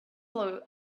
blue